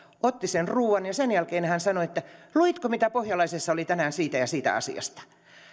otti sen ruoan ja sen jälkeen sanoi että luitko mitä pohjalaisessa oli tänään siitä ja siitä asiasta